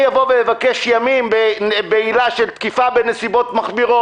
אבוא ואבקש ימים בעילה של תקיפה בנסיבות מחמירות,